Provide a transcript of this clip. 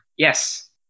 Yes